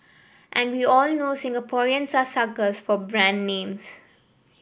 and we all know Singaporeans are suckers for brand names